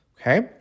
Okay